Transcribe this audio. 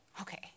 Okay